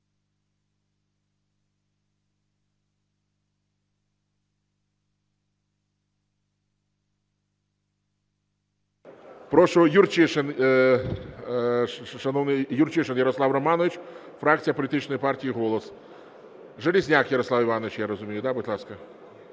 Прошу Юрчишин, шановний Юрчишин Ярослав Романович, фракція політичної партії "Голос". Железняк Ярослав Іванович, я розумію. Будь ласка.